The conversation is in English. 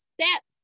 steps